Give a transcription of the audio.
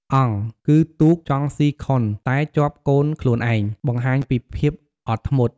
អង់ គឺទូកចង់ស៊ីខុនតែជាប់កូនខ្លួនឯង បង្ហាញពីភាពអត់ធ្មត់។